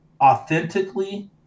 authentically